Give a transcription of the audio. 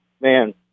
man